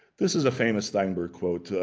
this is a famous steinbeck quote.